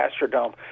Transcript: Astrodome